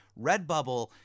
Redbubble